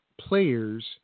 players